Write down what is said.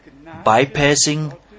bypassing